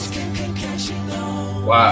Wow